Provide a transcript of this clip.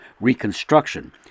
reconstruction